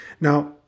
Now